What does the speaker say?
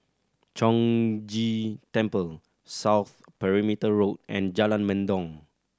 Chong Ghee Temple South Perimeter Road and Jalan Mendong